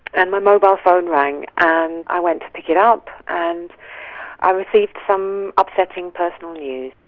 and my mobile phone rang and i went to pick it up and i received some upsetting personal news.